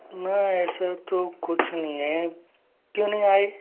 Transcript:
मैं ऐसे तो कुछ नहीं हैं क्यों नहीं आई